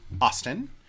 Austin